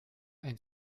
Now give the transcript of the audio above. ein